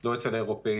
לא אצל האירופאים,